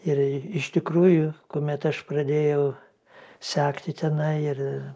ir iš tikrųjų kuomet aš pradėjau sekti tenai ir